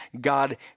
God